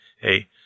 hey